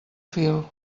fil